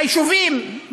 ביישובים,